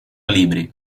libri